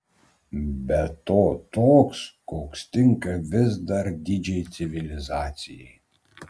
be to toks koks tinka vis dar didžiai civilizacijai